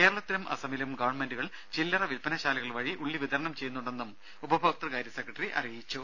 കേരളത്തിലും അസമിലും ഗവൺമെന്റുകൾ ചില്ലറ വില്പനശാലകൾ വഴി ഉള്ളി വിതരണം ചെയ്യുന്നുണ്ടെന്നും ഉപഭോക്തൃകാര്യ സെക്രട്ടറി പറഞ്ഞു